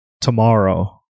tomorrow